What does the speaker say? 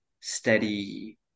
steady